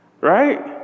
right